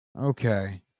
Okay